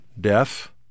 death